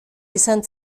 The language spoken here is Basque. izan